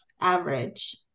average